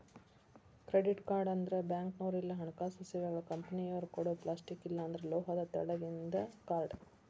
credit card ಅಂದ್ರ ಬ್ಯಾಂಕ್ನೋರ್ ಇಲ್ಲಾ ಹಣಕಾಸು ಸೇವೆಗಳ ಕಂಪನಿಯೊರ ಕೊಡೊ ಪ್ಲಾಸ್ಟಿಕ್ ಇಲ್ಲಾಂದ್ರ ಲೋಹದ ತೆಳ್ಳಗಿಂದ ಕಾರ್ಡ್